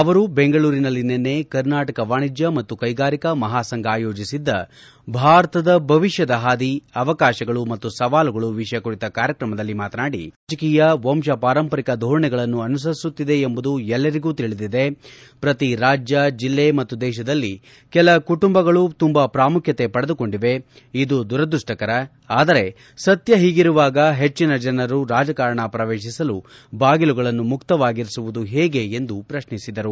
ಅವರು ಬೆಂಗಳೂರಿನಲ್ಲಿ ನಿನ್ನೆ ಕರ್ನಾಟಕ ವಾಣಿಜ್ಯ ಮತ್ತು ಕೈಗಾರಿಕಾ ಮಹಾಸಂಘ ಆಯೋಜಿಸಿದ್ದ ಭಾರತದ ಭವಿಷ್ಯದ ಹಾದಿ ಅವಕಾಶಗಳು ಮತ್ತು ಸವಾಲುಗಳು ವಿಷಯ ಕುರಿತ ಕಾರ್ಯಕ್ರಮದಲ್ಲಿ ಮಾತನಾಡಿ ರಾಜಕೀಯ ವಂಶ ಪಾರಂಪರಿಕ ಧೋರಣೆಗಳನ್ನು ಅನುಸರಿಸುತ್ತಿದೆ ಎಂಬುದು ಎಲ್ಲರಿಗೂ ತಿಳಿದಿದೆ ಪ್ರತಿ ರಾಜ್ಯ ಜಿಲ್ಲೆ ಮತ್ತು ದೇಶದಲ್ಲಿ ಕೆಲ ಕುಟುಂಬಗಳು ತುಂಬಾ ಪ್ರಾಮುಖ್ಯತೆ ಪಡೆದುಕೊಂಡಿವೆ ಇದು ದುರದೃಷ್ಷಕರ ಆದರೆ ಸತ್ಯ ಹೀಗಿರುವಾಗ ಹೆಚ್ಚನ ಜನ ರಾಜಕಾರಣ ಶ್ರವೇತಿಸಲು ಬಾಗಿಲುಗಳನ್ನು ಮುಕ್ತವಾಗಿರಿಸುವುದು ಹೇಗೆ ಎಂದು ಪ್ರಶ್ನಿಸಿದರು